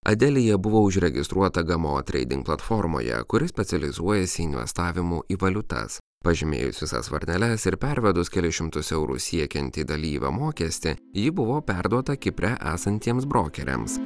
adelija buvo užregistruota gamo trading platformoje kuris specializuojasi investavimu į valiutas pažymėjus visas varneles ir pervedus kelis šimtus eurų siekiantį dalyvio mokestį ji buvo perduota kipre esantiems brokeriams